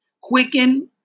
quicken